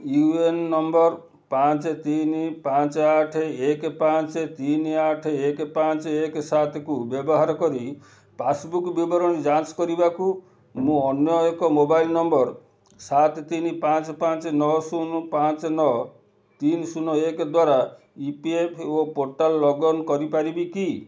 you A N number ପାଞ୍ଚ ତିନି ପାଞ୍ଚ ଆଠ ଏକ ପାଞ୍ଚ ତିନି ଆଠ ଏକ ପାଞ୍ଚ ସାତକୁ ବ୍ୟବହାର କରି ପାସ୍ବୁକ୍ ବିବରଣୀ ଯାଞ୍ଚ କରିବାକୁ ମୁଁ ଅନ୍ୟ ଏକ ମୋବାଇଲ୍ ନମ୍ବର୍ ସାତ ତିନି ପାଞ୍ଚ ପାଞ୍ଚ ନଅ ଶୂନ ପାଞ୍ଚ ନଅ ଶୂନ ଏକ ଦ୍ଵାରା ଇ ପି ଏଫ୍ ଓ ପୋର୍ଟାଲ୍ରେ ଲଗ୍ଅନ୍ କରିପାରିବି କି